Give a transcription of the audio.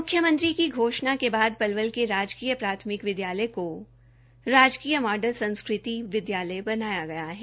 मुख्यमंत्री की घोषणा के बाद पलवल के राजकीय प्राथमिक विद्यालय को राजकीय मॉडल संस्कृति विद्यालय बनाया गया है